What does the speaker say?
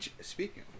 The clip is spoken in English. Speaking